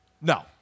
No